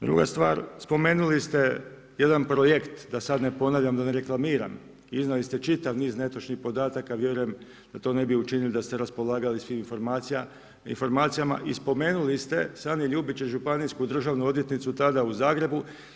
Druga stvar, spomenuli ste jedan projekt, da sad ne ponavljam, da ne reklamiram, iznijeli ste čitav niz netočnih podataka, vjerujem da to ne bi učinili da ste raspolagali svim informacijama i spomenuli ste ... županijsku državnu odvjetnicu tada u Zagrebu.